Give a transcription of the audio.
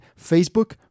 Facebook